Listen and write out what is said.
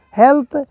health